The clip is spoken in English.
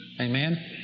Amen